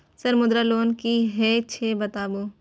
Sir Mudra loan की हे छे बताबू?